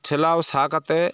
ᱴᱷᱮᱞᱟᱣ ᱥᱟᱦᱟ ᱠᱟᱛᱮᱫ